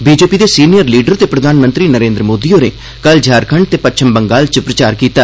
BJP दे senior leader ते प्रधानमंत्री नरेन्द्र मोदी होरें कल झारखंड ते पच्छम बंगाल च प्रचार कीता